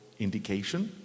indication